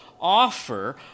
offer